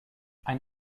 ein